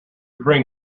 bring